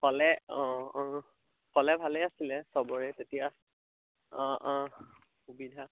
ক'লে অঁ অঁ ক'লে ভালেই আছিলে চবৰে তেতিয়া অঁ অঁ সুবিধা